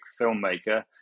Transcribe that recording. filmmaker